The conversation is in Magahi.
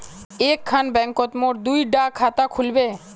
एक खान बैंकोत मोर दुई डा खाता खुल बे?